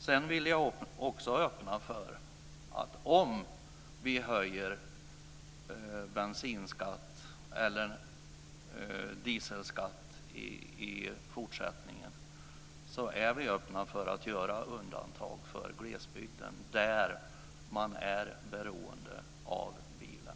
Jag vill också säga att vi är öppna för att om dieselskatten i fortsättningen ska höjas göra undantag för glesbygden, där man är beroende av bilen.